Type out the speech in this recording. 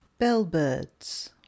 bellbirds